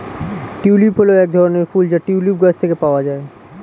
tulip হল এক ধরনের ফুল যা টিউলিপ গাছ থেকে পাওয়া যায়